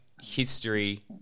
history